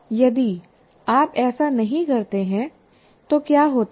यदि आप ऐसा नहीं करते हैं तो क्या होता है